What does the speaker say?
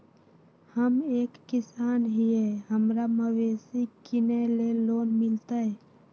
हम एक किसान हिए हमरा मवेसी किनैले लोन मिलतै?